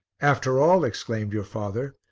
after all, exclaimed your father,